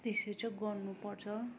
त्यसरी चाहिँ गर्नुपर्छ